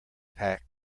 pack